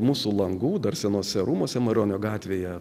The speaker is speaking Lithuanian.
mūsų langų dar senuose rūmuose maironio gatvėje